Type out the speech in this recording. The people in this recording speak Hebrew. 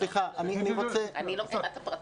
אני לא מכירה את הפרטים.